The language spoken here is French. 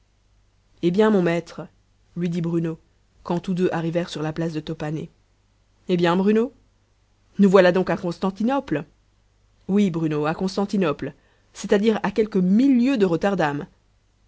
eh bien mon maître lui dit bruno quand tous deux arrivèrent sur la place de top hané eh bien bruno nous voilà donc à constantinople oui bruno à constantinople c'est-à-dire à quelque mille lieues de